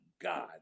God